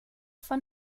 von